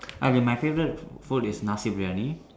I mean my favourite food is Nasi-Briyani